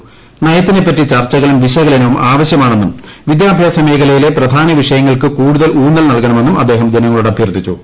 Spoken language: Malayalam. ന്യത്തീനെപറ്റി ചർച്ചുകളും വിശ കലനവും ആവശ്യമാണെന്നും വിദ്യാഭ്യാസ് മേഖലയിലെ പ്രധാന വിഷ യങ്ങൾക്ക് കൂടുതൽ ഊന്നൽ നൽക്ണുമെന്നും അദ്ദേഹം ജനങ്ങളോട് അഭ്യർത്ഥിച്ചു